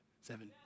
seven